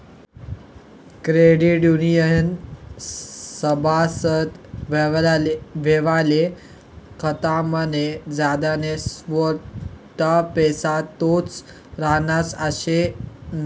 credit युनियननं सभासद व्हवाले खातामा ज्याना सावठा पैसा तोच रहास आशे नै